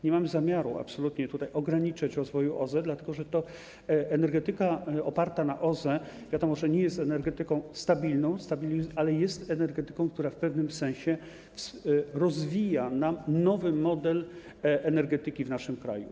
Nie mamy tutaj absolutnie zamiaru ograniczać rozwoju OZE, dlatego że energetyka oparta na OZE, jak wiadomo, nie jest energetyką stabilną, ale jest energetyką, która w pewnym sensie rozwija nam nowy model energetyki w naszym kraju.